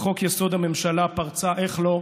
בחוק-יסוד: הממשלה, פרצה, איך לא,